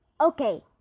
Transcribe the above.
Okay